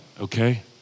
okay